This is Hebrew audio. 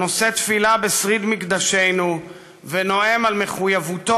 הנושא תפילה בשריד מקדשנו ונואם על מחויבותו